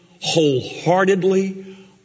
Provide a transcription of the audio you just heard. wholeheartedly